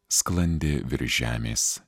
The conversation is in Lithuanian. sklandė virš žemės